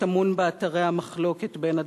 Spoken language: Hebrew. שטמון באתרי המחלוקת בין הדתות,